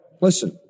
Listen